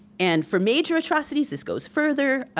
and for major atrocities, this goes further.